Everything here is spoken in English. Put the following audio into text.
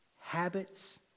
habits